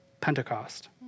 Pentecost